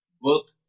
book